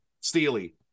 Steely